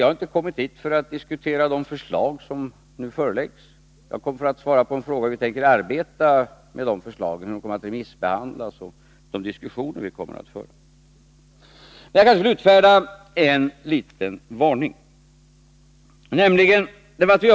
Jag har inte kommit hit för att diskutera de förslag som nu föreläggs — jag har kommit för att svara på en fråga hur vi tänker arbeta med dessa förslag, hur de kommer att remissbehandlas och vilka diskussioner vi kommer att föra. Men jag kan utfärda en liten varning.